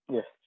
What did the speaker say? Yes